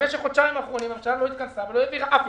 במשך החודשיים האחרונים הממשלה לא התכנסה ולא העבירה אף החלטה.